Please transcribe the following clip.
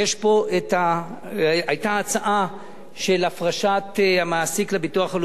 היתה הצעה של הפרשת המעסיק לביטוח הלאומי,